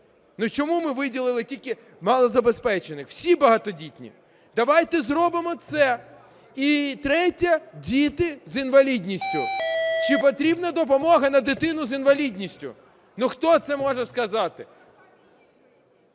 Чому ми виділили тільки малозабезпечених? Всі багатодітні. Давайте зробимо це. І третє. Діти з інвалідністю. Чи потрібна допомога на дитину з інвалідністю, хто це може сказати?